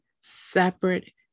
separate